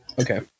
Okay